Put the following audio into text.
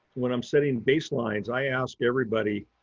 when i'm setting baselines, i ask everybody